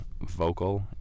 vocal